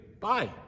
Bye